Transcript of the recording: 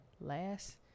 last